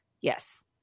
Yes